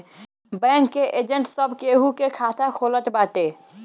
bank के agent सब केहू के खाता खोलत बाटे